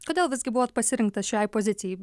kodėl visgi buvo pasirinktas šiai pozicijai